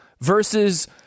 versus